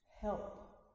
help